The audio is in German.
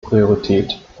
priorität